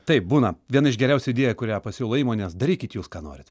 taip būna viena iš geriausių idėja kurią pasiūlo įmonės darykit jūs ką norit